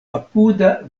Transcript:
apuda